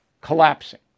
collapsing